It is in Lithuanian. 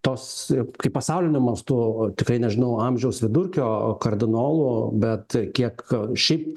tos kai pasauliniu mastu tikrai nežinau amžiaus vidurkio kardinolų bet kiek šiaip